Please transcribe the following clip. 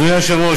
אדוני היושב ראש,